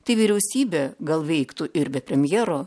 tai vyriausybė gal veiktų ir be premjero